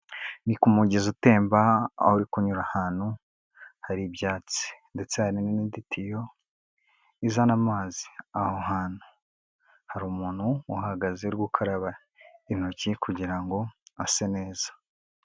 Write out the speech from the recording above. Ni ku mugezi utemba aho uri kunyura ahantu hari ibyatsi ndetse hari n'indi tiyo izana amazi, aho hantu hari umuntu uhahagaze uri gukaraba intoki kugira ngo ase neza.